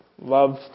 love